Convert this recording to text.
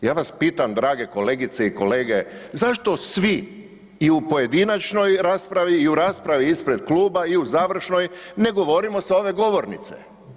Ja vas pitam, drage kolegice i kolege, zašto svi i u pojedinačnoj raspravi i u raspravi ispred kluba i u završnoj ne govorimo s ove govornice?